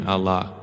Allah